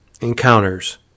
encounters